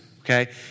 Okay